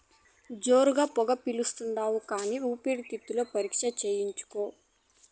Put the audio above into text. జోరుగా పొగ పిలిస్తాండావు కానీ ఊపిరితిత్తుల పరీక్ష చేయించుకో